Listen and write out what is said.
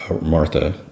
martha